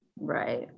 Right